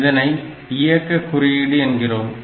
இதனை இயக்க குறியீடு என்கிறோம்